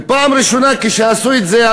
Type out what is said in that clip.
בפעם הראשונה כשעשו את זה,